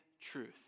truth